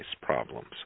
problems